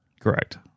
Correct